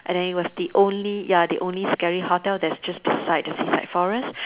and then it was the only ya the only scary hotel that's just beside the suicide forest